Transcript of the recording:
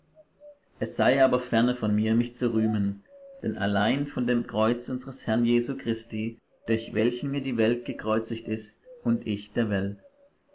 es sei aber ferne von mir mich zu rühmen denn allein von dem kreuz unsers herrn jesu christi durch welchen mir die welt gekreuzigt ist und ich der welt